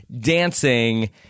dancing